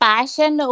Passion